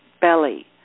belly